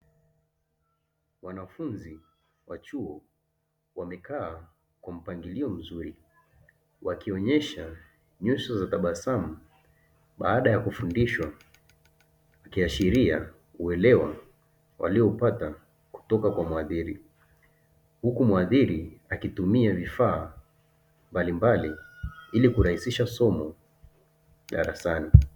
Wanafunzi wa chuo, wamekaa kwa mpangilio mzuri, wakionyesha nyuso za tabasamu baada ya kufundishwa, wakiashiria uwelewa waliupata kutoka kwa mhadhiri, huku mhadhiri akitumia vifaa mbalimbali ili kurahisisha somo darasani .